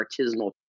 artisanal